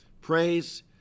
praise